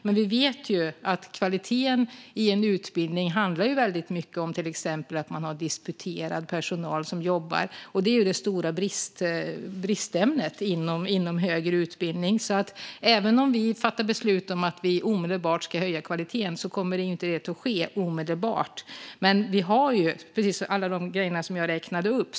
Men vi vet ju att kvaliteten inom en utbildning handlar mycket om till exempel att man har disputerad personal som jobbar, och det är det stora bristämnet inom högre utbildning. Även om vi fattar beslut om att omedelbart höja kvaliteten kommer inte det att ske omedelbart. Men vi har ju alla de grejer som jag räknade upp.